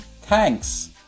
Thanks